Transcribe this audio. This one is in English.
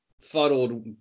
fuddled